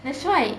that's why